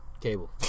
Cable